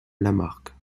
lamarque